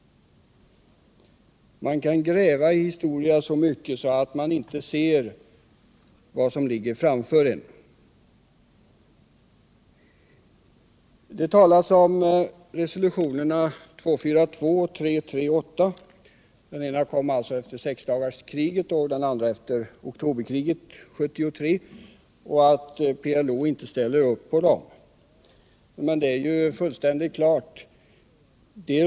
Man kan gräva i historien så mycket att man inte ser vad som ligger framför en. Det talas om resolutionerna 242 och 338 — den ena kom efter sexdagarskriget och den andra efter oktoberkriget 1973 — och att PLO inte ställde upp på dem. Men det är ju fullständigt klart hur det förhåller sig med detta.